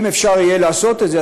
אם אפשר יהיה לעשות את זה,